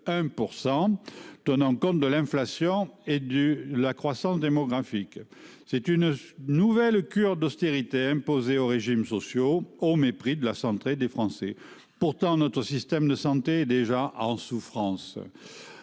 tient compte de l'inflation et de la croissance démographique. Vous imposez une nouvelle cure d'austérité aux régimes sociaux, au mépris de la santé des Français. Pourtant, notre système de santé est déjà en souffrance.